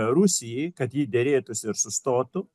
rusijai kad ji derėtųsi ir sustotų